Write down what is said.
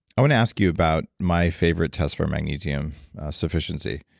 i want to ask you about my favorite test for magnesium sufficiency.